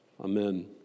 Amen